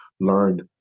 learned